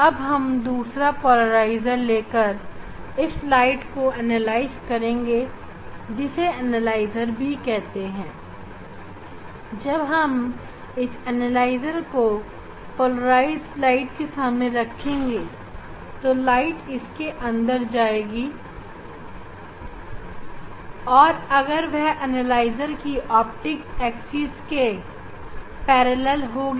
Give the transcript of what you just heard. अब हम दूसरा पोलराइजर लेकर इस प्रकाश को एनालाइज करेंगे जिसे एनालाइजर भी कहते हैं जब हम इस एनालाइजर को पोलराइज्ड प्रकाश के सामने रखेंगे तो प्रकाश इसके अंदर जाएगी और अगर वह एनालाइजर की ऑप्टिक एक्सिस के समांतर होगी तभी एनालाइजर से पास हो पाएगी